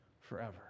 forever